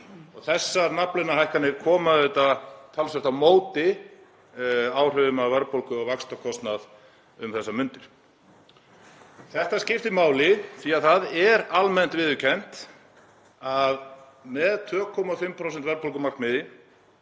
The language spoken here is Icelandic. Þessar nafnlaunahækkanir koma auðvitað talsvert á móti áhrifum af verðbólgu og vaxtakostnaði um þessar mundir. Þetta skiptir máli því að það er almennt viðurkennt að með 2,5% verðbólgumarkmiði,